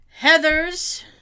Heathers